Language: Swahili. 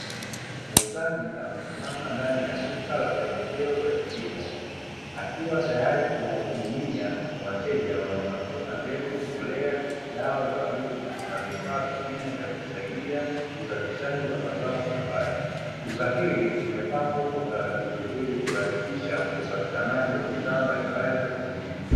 Muuzaji amesimama ndani ya duka la pembejeo za kilimo. Akiwa tayari kuwahudumia wateja wanaotafuta mbegu, mbolea, dawa za wadudu na vifaa vingine vya kusaidia uzalishaji wa mazao shambani. Duka hili limepangwa kwa utaratibu ili kurahisisha upatikanaji wa bidhaa mbalimbali za kilimo.